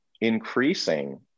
increasing